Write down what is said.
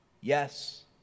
Yes